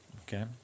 Okay